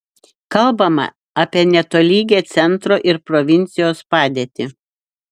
kalbama apie netolygią centro ir provincijos padėtį